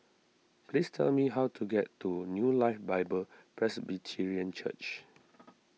please tell me how to get to New Life Bible Presbyterian Church